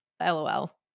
LOL